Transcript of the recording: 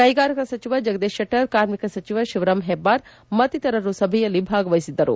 ಕೈಗಾರಿಕಾ ಸಚಿವ ಜಗದೀಶ್ ಶೆಟ್ಟರ್ ಕಾರ್ಮಿಕ ಸಚಿವ ಶಿವರಾಂ ಹೆಬ್ಬಾರ್ ಮತ್ತೀತರರು ಸಭೆಯಲ್ಲಿ ಭಾಗವಹಿಸಿದರು